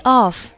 off